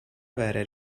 avere